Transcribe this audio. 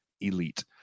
elite